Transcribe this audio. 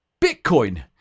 Bitcoin